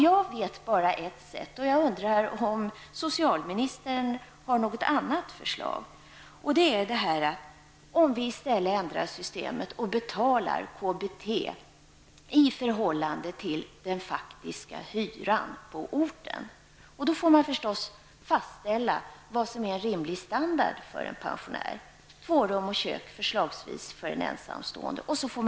Jag vet bara ett sätt att komma till rätta med detta, nämligen att systemet ändras så att KBT utbetalas i förhållande till den faktiska hyran på orten -- jag undrar om socialministern har något annat förslag. Då måste det fastställas vad som är en rimlig standard för en pensionär, t.ex. två rum och kök för en ensamtående pensionär.